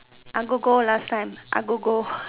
agogo last time agogo